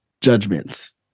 judgments